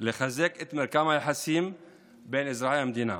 לחזק את מרקם היחסים בין אזרחי המדינה,